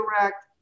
direct